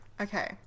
okay